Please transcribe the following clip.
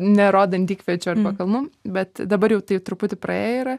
nerodant dykviečių arba kalnų bet dabar jau tai truputį praėję yra